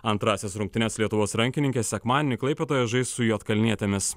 antrąsias rungtynes lietuvos rankininkės sekmadienį klaipėdoje žais su juodkalnietėmis